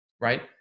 right